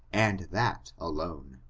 and that alone.